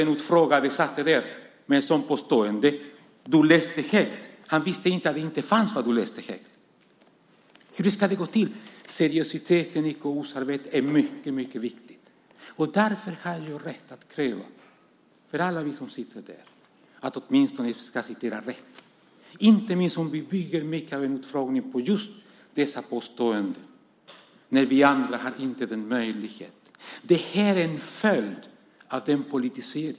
Den utfrågade satt där med ett sådant påstående som du läste högt, och han visste inte att det som du läste inte fanns i rapporten. Hur ska detta gå till? Seriositeten i KU:s arbete är mycket viktig, och därför har jag för alla oss som sitter där rätt att kräva att du åtminstone ska citera rätt, inte minst om vi bygger mycket av en utfrågning på just dessa påståenden och vi andra inte har möjlighet att kontrollera dem.